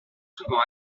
souvent